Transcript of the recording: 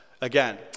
again